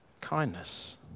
Kindness